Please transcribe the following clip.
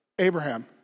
Abraham